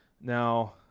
Now